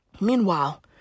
meanwhile